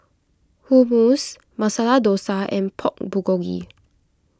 Hummus Masala Dosa and Pork Bulgogi